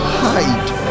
hide